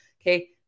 Okay